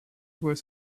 voit